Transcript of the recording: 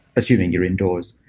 assuming you're indoors.